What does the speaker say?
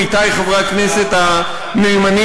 עמיתי חברי הכנסת הנאמנים,